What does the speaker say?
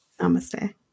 Namaste